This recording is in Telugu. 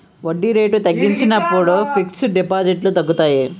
వడ్డీ రేట్లు తగ్గించినప్పుడు ఫిక్స్ డిపాజిట్లు తగ్గుతాయి